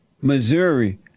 Missouri